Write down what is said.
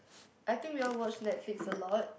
I think we all watch Netflix a lot